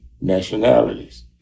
nationalities